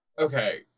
Okay